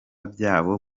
byabo